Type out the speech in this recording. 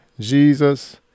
jesus